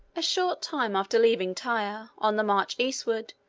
a short time after leaving tyre, on the march eastward,